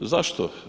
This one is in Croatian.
Zašto?